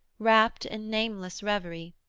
rapt in nameless reverie,